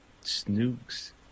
Snooks